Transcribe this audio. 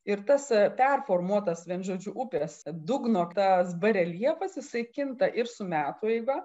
ir tas performuotas vienu žodžiu upės dugno tas bareljefas jisai kinta ir su metų eiga